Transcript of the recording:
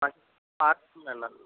మంచి